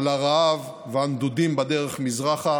על הרעב והנדודים בדרך מזרחה